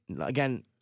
again